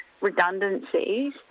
redundancies